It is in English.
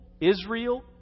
Israel